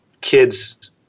kids